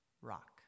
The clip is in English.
rock